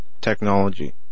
technology